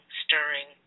stirring